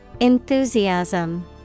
Enthusiasm